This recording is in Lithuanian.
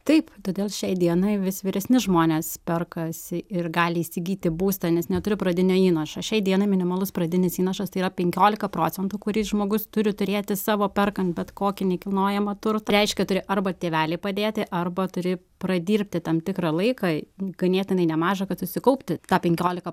taip todėl šiai dienai vis vyresni žmonės perkasi ir gali įsigyti būstą nes neturi pradinio įnašo šiai dienai minimalus pradinis įnašas tai yra penkiolika procentų kurį žmogus turi turėti savo perkant bet kokį nekilnojamą turtą reiškia turi arba tėveliai padėti arba turi pradirbti tam tikrą laiką ganėtinai nemažą kad susikaupti tą penkiolika